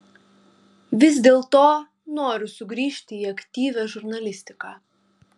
vis dėlto noriu sugrįžti į aktyvią žurnalistiką